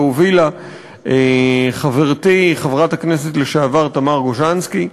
והובילה חברתי חברת הכנסת לשעבר תמר גוז'נסקי,